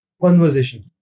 conversation